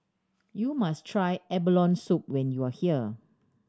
you must try abalone soup when you are here